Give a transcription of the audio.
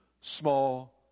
small